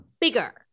bigger